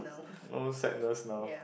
no sadness now